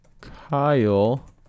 Kyle